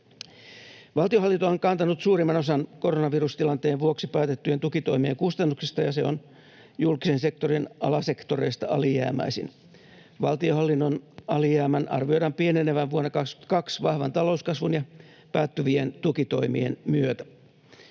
Valtionhallinto on kantanut suurimman osan koronavirustilanteen vuoksi päätettyjen tukitoimien kustannuksista, ja se on julkisen sektorin alasektoreista alijäämäisin. Valtionhallinnon alijäämän arvioidaan pienenevän vuonna 22 vahvan talouskasvun ja päättyvien tukitoimien myötä.